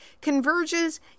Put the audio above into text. converges